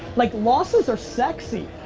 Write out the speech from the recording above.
like, losses are sexy.